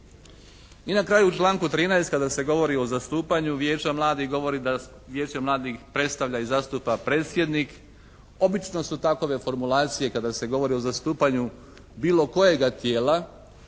I na kraju u članku 13. kada se govori o zastupanju Vijeća mladih govori da Vijeće mladih predstavlja i zastupa predsjednik obično su takove formulacije kada se govori o zastupanju bilo kojega tijela